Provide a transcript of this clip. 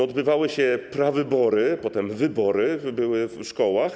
Odbywały się prawybory, potem wybory w szkołach.